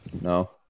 No